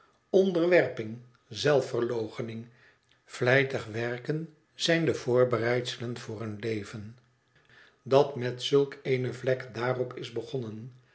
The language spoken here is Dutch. onderwerping zelfverloochening vlijtig werken zijn de voorbereidselen voor een leven dat met zulk eene vlek daarop is begonnen